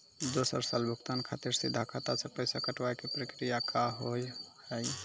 दोसर साल भुगतान खातिर सीधा खाता से पैसा कटवाए के प्रक्रिया का हाव हई?